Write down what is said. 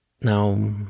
now